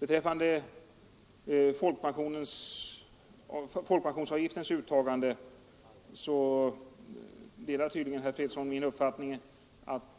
Beträffande folkpensionsavgiftens uttagande delar tydligen herr Fredriksson min uppfattning att